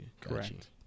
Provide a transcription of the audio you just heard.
correct